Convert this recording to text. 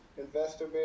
Investor